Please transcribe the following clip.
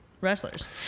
wrestlers